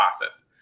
process